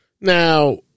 Now